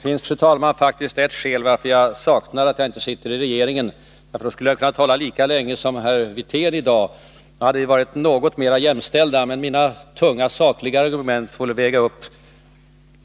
Fru talman! Det finns faktiskt ett skäl till att jag beklagar att jag inte sitter i regeringen — då skulle jag kunna tala lika länge som herr Wirtén i dag. Då hade vi varit mer jämställda. Men mina tunga, sakliga argument får väl väga upp